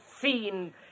seen